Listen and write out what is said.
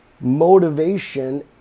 motivation